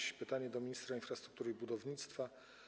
Jest to pytanie do ministra infrastruktury i budownictwa.